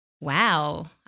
wow